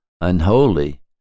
unholy